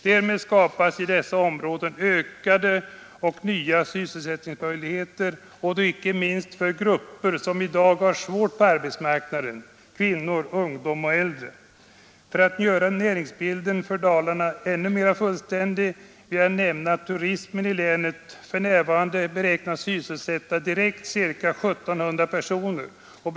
Därmed skapas i dessa områden ökade och nya sysselsättningsmöjligheter, icke minst för de grupper som i dag har svårt på arbetsmarknaden: kvinnor, ungdom och äldre. För att göra näringsbilden för Dalarna ännu mer fullständig vill jag nämna att turism i länet för närvarande beräknas sysselsätta ca 1 700 personer direkt.